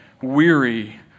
weary